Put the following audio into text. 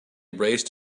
raced